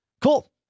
Cool